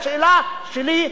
השאלה שלי,